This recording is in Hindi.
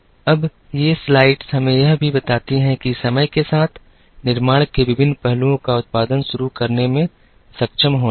अब ये स्लाइड्स हमें यह भी बताती हैं कि समय के साथ निर्माण के विभिन्न पहलुओं का उत्पादन शुरू करने में सक्षम होने से